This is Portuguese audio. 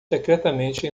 secretamente